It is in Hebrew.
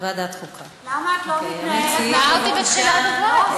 גברתי השרה,